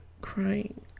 crying